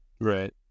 Right